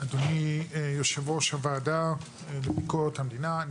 אדוני יושב-ראש הוועדה לביקורת המדינה,